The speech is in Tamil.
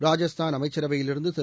ராஜஸ்தான் அமைச்சரவையிலிருந்து திரு